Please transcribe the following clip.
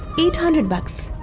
eight hundred bucks.